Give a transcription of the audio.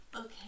Okay